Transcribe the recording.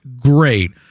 great